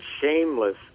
shameless